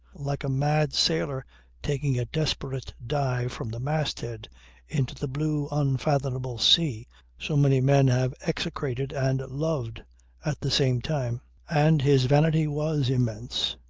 like a mad sailor taking a desperate dive from the masthead into the blue unfathomable sea so many men have execrated and loved at the same time. and his vanity was immense.